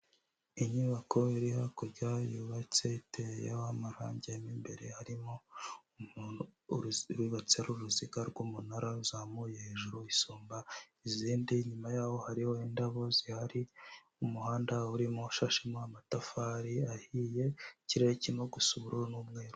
Inyubako iri hakurya yubatse iteye, amarangemo mu imbere, harimo umuntu. Yubatse ari uruziga rw'umunara ruzamuye hejuru isumba izindi, inyuma yaho hariho indabo zihari, umuhanda urimo ushashemo amatafari ahiye, ikirere kirimo gusa n'umweru.